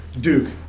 Duke